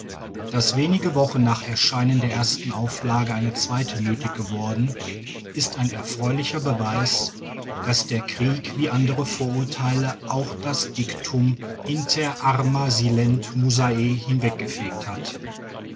daß wenige wochen nach erscheinen der ersten auflage eine zweite nötig geworden ist ein erfreulicher beweis daß der krieg wie andere vorurteile auch das diktum inter arma silent musae hinweggefegt hat